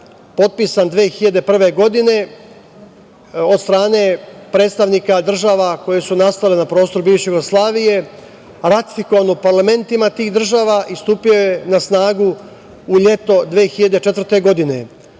potpisan 2001. godine od strane predstavnika država koje su nastale na prostoru bivše Jugoslavije, a ratifikovan u parlamentima tih država i stupio je na snagu u leto 2004. godine.